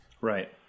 right